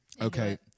Okay